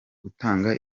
gutanga